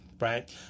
Right